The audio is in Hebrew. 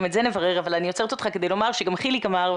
אני עוצרת אותך כדי לומר שגם חיליק אמר,